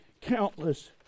countless